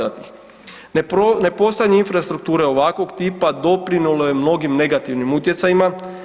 Ne postojanje infrastrukture ovakvog tipa doprinijelo je mnogim negativnim utjecajima.